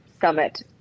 summit